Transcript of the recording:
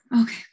Okay